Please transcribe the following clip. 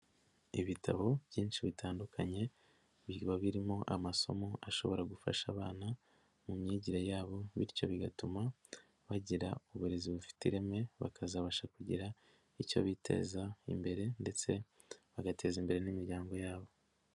Ibitabo byinshi bitandukanye, biba birimo amasomo ashobora gufasha abana mu myigire yabo, bityo bigatuma bagira uburezi bufite ireme, bakazabasha kugira icyo biteza imbere ndetse bagateza imbere n'imiryango yabo.